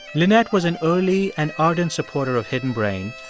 lynette was an early and ardent supporter of hidden brain.